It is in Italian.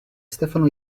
stefano